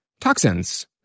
toxins